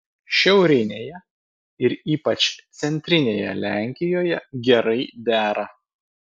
šiaurinėje ir ypač centrinėje lenkijoje gerai dera